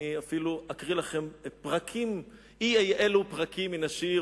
אני אפילו אקריא לכם אי-אלו פרקים מן השיר,